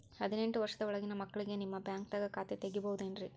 ಹದಿನೆಂಟು ವರ್ಷದ ಒಳಗಿನ ಮಕ್ಳಿಗೆ ನಿಮ್ಮ ಬ್ಯಾಂಕ್ದಾಗ ಖಾತೆ ತೆಗಿಬಹುದೆನ್ರಿ?